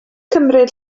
cymryd